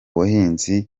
buhinzi